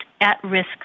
at-risk